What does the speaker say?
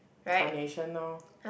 carnation lor